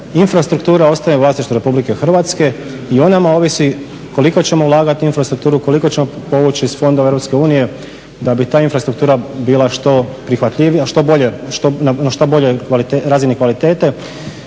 infrastruktura ostaje u vlasništvu RH i o nama ovisi koliko ćemo ulagati u infrastrukturu, koliko ćemo povući iz fondova EU da bi ta infrastruktura bila što prihvatljivija, na što boljoj razini kvalitete